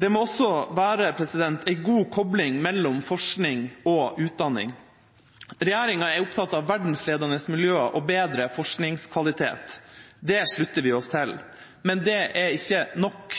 Det må også være en god kobling mellom forskning og utdanning. Regjeringa er opptatt av verdensledende miljøer og bedre forskningskvalitet. Det slutter vi oss til, men det er ikke nok.